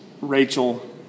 Rachel